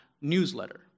newsletter